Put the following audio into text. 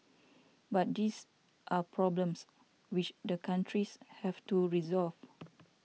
but these are problems which the countries have to resolve